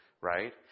Right